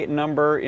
number